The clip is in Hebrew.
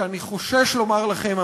שאני חושש לומר לכם,